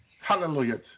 Hallelujah